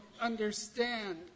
understand